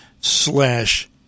slash